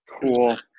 Cool